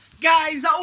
guys